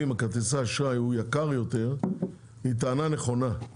כרטיסי האשראי הוא יקר יותר היא טענה נכונה,